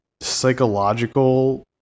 psychological